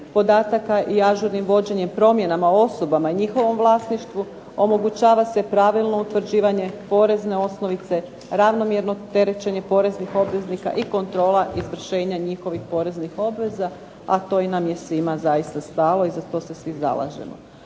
i ažurnim vođenjem, promjenama osobama i njihovom vlasništvu omogućava se pravilno utvrđivanje porezne osnovice, ravnomjerno terećenje poreznih obveznika i kontrola izvršenja njihovih poreznih obveza, a to i nam je svima zaista stalo i za to se svi zalažemo.